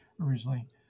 originally